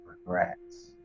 regrets